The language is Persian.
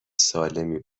سالمی